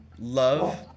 Love